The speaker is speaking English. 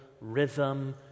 rhythm